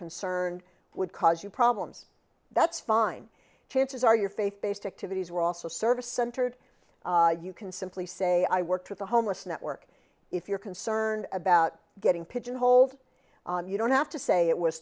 concerned would cause you problems that's fine chances are your faith based activities are also service centered you can simply say i work for the homeless network if you're concerned about getting pigeonholed you don't have to say it was